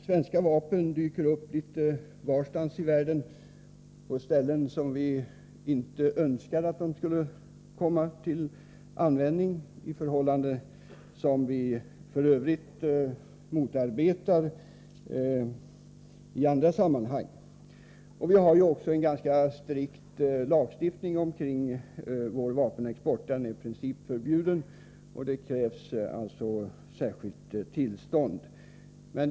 Svenska vapen dyker upp litet varstans i världen på ställen där vi inte önskar att de skulle komma till användning. Detta är ett förhållande som vi i andra sammanhang motarbetar. Vår vapenexport är också kringgärdad av en ganska strikt lagstiftning. Sådan export är i princip förbjuden, och det krävs därför särskilt tillstånd för sådan utförsel.